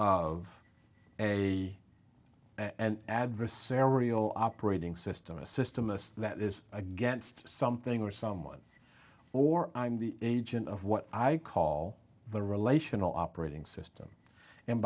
of a adversarial operating system a system that is against something or someone or i'm the agent of what i call the relational operating system and